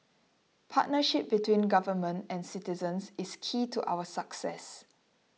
partnership between government and citizens is key to our success